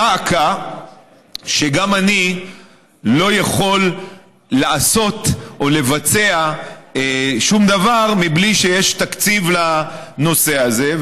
דא עקא שגם אני לא יכול לעשות או לבצע שום דבר בלי שיש תקציב לנושא הזה.